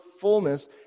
fullness